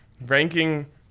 ranking